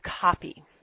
copy